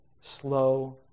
slow